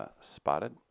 spotted